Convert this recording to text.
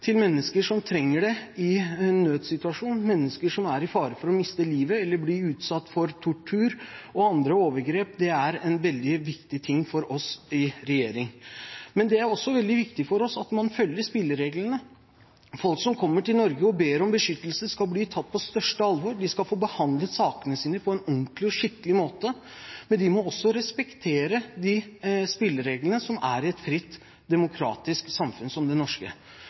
til mennesker som trenger det i en nødsituasjon, mennesker som står i fare for å miste livet eller bli utsatt for tortur og andre overgrep, er en veldig viktig ting for oss i regjering. Men det er også veldig viktig for oss at man følger spillereglene. Folk som kommer til Norge og ber om beskyttelse, skal bli tatt på største alvor, de skal få behandlet sakene sine på en ordentlig og skikkelig måte, men de må også respektere de spillereglene som er i et fritt, demokratisk samfunn som det norske.